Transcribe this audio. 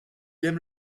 aime